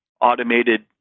automated